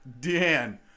Dan